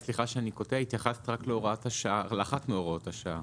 סליחה שאני קוטע, התייחסת רק לאחת מהוראות השעה.